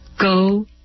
Go